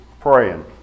praying